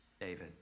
David